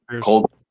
Cold